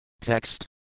Text